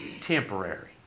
temporary